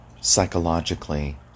psychologically